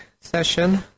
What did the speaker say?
session